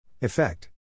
Effect